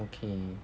okay